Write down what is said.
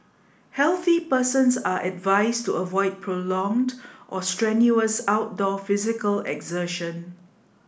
healthy persons are advised to avoid prolonged or strenuous outdoor physical exertion